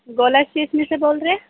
گولا اسٹشنری میں سے بول رہے